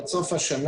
עד סוף השנה,